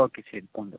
okay ശരി പോവുന്നുണ്ട്